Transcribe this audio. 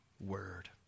word